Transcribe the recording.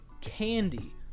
candy